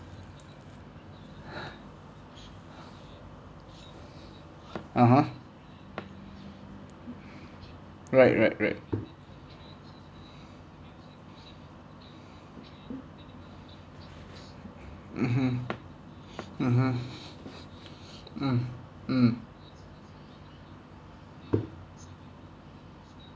(uh huh) right right right mmhmm mmhmm mm mm